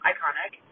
Iconic